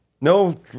no